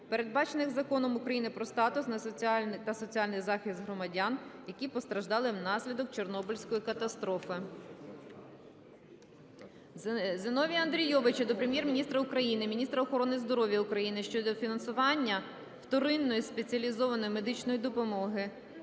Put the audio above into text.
передбачених Законом України "Про статус та соціальний захист громадян, які постраждали внаслідок Чорнобильської катастрофи". Зіновія Андрійовича до Прем'єр-міністра України, міністра охорони здоров'я України щодо фінансування вторинної (спеціалізованої) медичної допомоги: